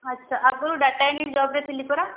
ଆଚ୍ଛା ଆଗରୁ data entry ଜବ୍ରେ ଥିଲି ପରା